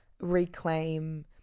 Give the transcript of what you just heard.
reclaim